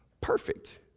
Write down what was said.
Perfect